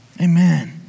Amen